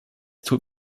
tut